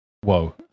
Whoa